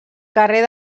carrer